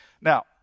Now